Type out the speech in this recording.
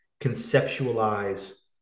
conceptualize